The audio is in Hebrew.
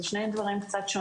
זה שני דברים קצת שונים.